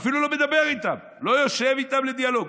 אפילו לא מדבר איתם, לא יושב איתם לדיאלוג.